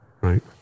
Right